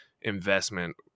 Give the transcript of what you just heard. investment